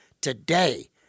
today